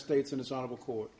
states in its own accord